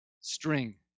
string